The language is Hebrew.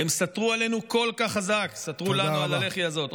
והם סטרו לנו כל כך חזק, סטרו לנו על הלחי הזאת.